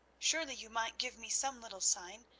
surely you might give me some little sign,